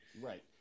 Right